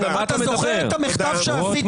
אתה זוכר את המחטף שעשית?